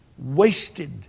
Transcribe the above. Wasted